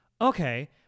okay